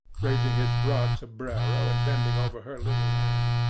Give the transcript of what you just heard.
raising his broad sombrero, and bending over her little hand.